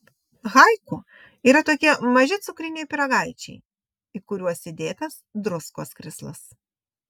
haiku yra tokie maži cukriniai pyragaičiai į kuriuos įdėtas druskos krislas